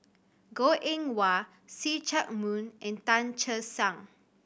Goh Eng Wah See Chak Mun and Tan Che Sang